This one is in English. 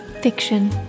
fiction